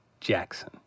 Jackson